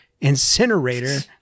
incinerator